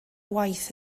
waith